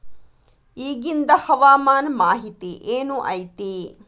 ಇಗಿಂದ್ ಹವಾಮಾನ ಮಾಹಿತಿ ಏನು ಐತಿ?